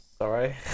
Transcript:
Sorry